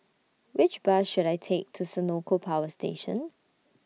Which Bus should I Take to Senoko Power Station